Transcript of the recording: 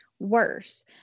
Worse